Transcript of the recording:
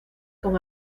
con